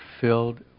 filled